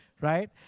Right